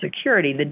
Security